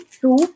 two